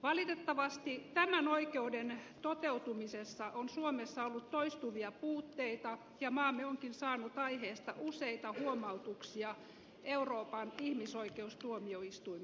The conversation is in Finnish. valitettavasti tämän oikeuden toteutumisessa on suomessa ollut toistuvia puutteita ja maamme onkin saanut aiheesta useita huomautuksia euroopan ihmisoikeustuomioistuimelta